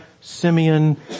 Simeon